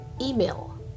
email